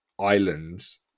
islands